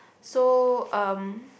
so um